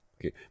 okay